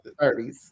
30s